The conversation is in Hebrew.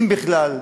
אם בכלל,